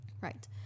right